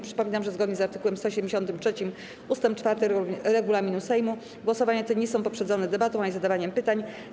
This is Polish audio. Przypominam, że zgodnie z art. 173 ust. 4 regulaminu Sejmu głosowania te nie są poprzedzone debatą ani zadawaniem pytań.